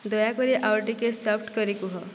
ଦୟାକରି ଆଉ ଟିକେ ସଫ୍ଟ କରି କୁହ